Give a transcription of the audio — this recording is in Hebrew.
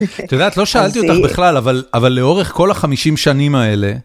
את יודעת לא שאלתי אותך בכלל, אבל לאורך כל החמישים שנים האלה...